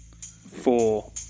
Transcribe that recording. Four